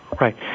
Right